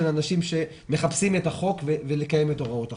אנשים שמחפשים את החוק ורוצים לקיים את הוראות החוק.